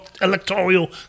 electoral